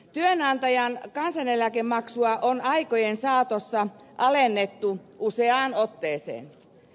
työnantajan kansaneläkemaksua on aikojen saatossa alennettu useaan otteeseen